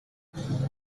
ibi